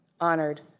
honored